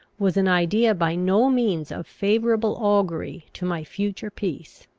was an idea by no means of favourable augury to my future peace.